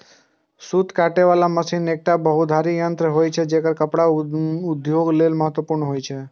सूत काटे बला मशीन एकटा बहुधुरी यंत्र छियै, जेकर कपड़ा उद्योग लेल महत्वपूर्ण होइ छै